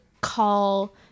call